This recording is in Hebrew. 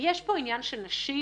ויש פה עניין של נשים,